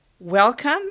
Welcome